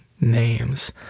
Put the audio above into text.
names